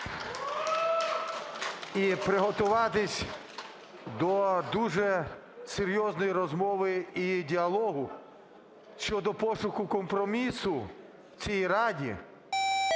і приготуватися до дуже серйозної розмови і діалогу щодо пошуку компромісу в цій Раді